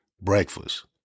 breakfast